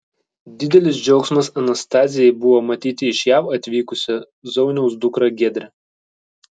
didelis džiaugsmas anastazijai buvo matyti iš jav atvykusią zauniaus dukrą giedrę